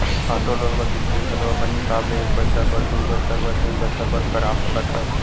auto loan म किस्ती घलो अपन हिसाब ले एक बछर बर, दू बछर बर, तीन बछर बर करा सकत हस